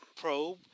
probe